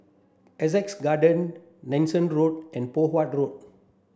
Sussex Garden Nanson Road and Poh Huat Road